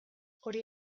hori